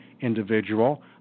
individual